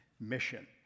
mission